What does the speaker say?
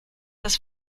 das